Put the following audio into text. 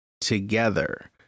together